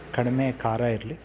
ಕಡಿಮೆ ಖಾರ ಇರಲಿ